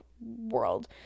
world